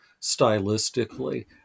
stylistically